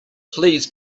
please